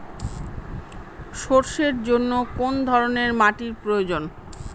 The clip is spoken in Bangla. সরষের জন্য কোন ধরনের মাটির প্রয়োজন?